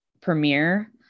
premiere